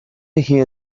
hear